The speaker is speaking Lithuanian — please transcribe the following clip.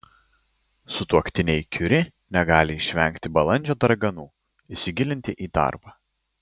sutuoktiniai kiuri negali išvengti balandžio darganų įsigilinti į darbą